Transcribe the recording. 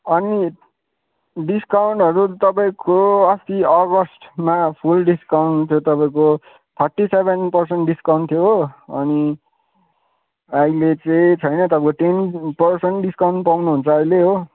अनि डिस्काउन्टहरू तपाईँको अस्ति अगस्टमा फुल डिस्काउन्ट थियो तपाईँको थर्टी सेभेन पर्सेन्ट डिस्काउन्ट थियो हो अनि अहिले चाहिँ छैन तपाईँको टेन पर्सेन्ट डिस्काउन्ट पाउनुहुन्छ अहिले हो